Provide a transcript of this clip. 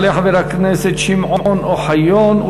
יעלה חבר הכנסת שמעון אוחיון.